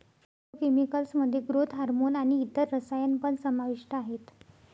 agro chemicals मध्ये growth hormone आणि इतर रसायन पण समाविष्ट आहेत